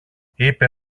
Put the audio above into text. είπε